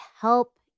help